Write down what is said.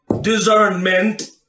discernment